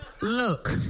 Look